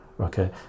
okay